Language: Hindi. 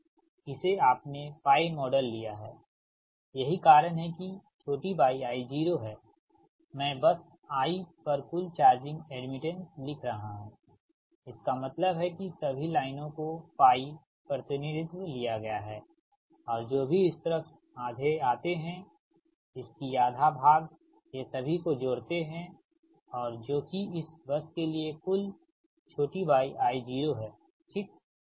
तो इसे आपने पाई मॉडल लिया हैं यही कारण है कि yi0 है मैं बस i पर कुल चार्जिंग एड्मिटेंस लिख रहा हूँ इसका मतलब है कि सभी लाइनों को पाई प्रतिनिधित्व लिया गया है और जो भी इस तरफ आधे आते हैं इसकी आधा भाग ये सभी को जोड़ते हैं और जो कि इस बस के लिए कुल yi0 है ठीक